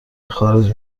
خارج